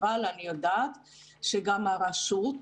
אבל אני יודעת שגם הרשות,